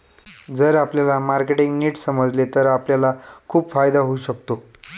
जर आपल्याला मार्केटिंग नीट समजले तर आपल्याला खूप फायदा होऊ शकतो